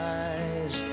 eyes